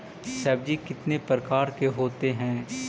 सब्जी कितने प्रकार के होते है?